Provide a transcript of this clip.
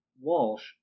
Walsh